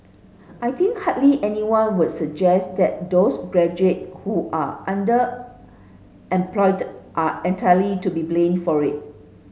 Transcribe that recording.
I think hardly anyone would suggest that those graduate who are underemployed are entirely to be blamed for it